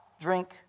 drink